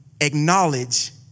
acknowledge